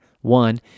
one